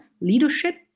leadership